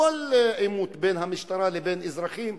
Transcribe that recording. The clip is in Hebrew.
בכל עימות בין המשטרה לבין אזרחים,